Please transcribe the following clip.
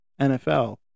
NFL